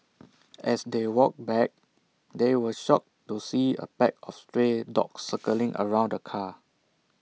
as they walked back they were shocked to see A pack of stray dogs circling around the car